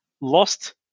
lost